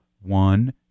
one